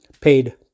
paid